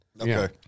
Okay